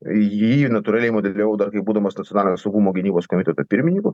jį natūraliai modeliavau dar kai būdamas nacionalinio saugumo gynybos komiteto pirmininku